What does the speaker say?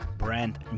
brand